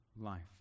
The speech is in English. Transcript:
Life